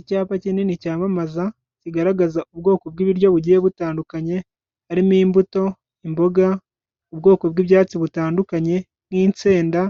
Icyapa kinini cyamamaza kigaragaza ubwoko bw'ibiryo bugiye butandukanye, harimo imbuto, imboga, ubwoko bw'ibyatsi butandukanye nk'intsenda